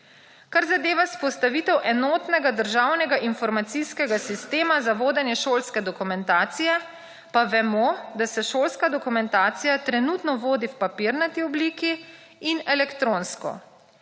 Kar zadeva vzpostavitev enotnega državnega informacijskega sistema za vodenje šolske dokumentacije, pa vemo, da se šolska dokumentacija trenutno vodi v papirnati obliki in elektronsko.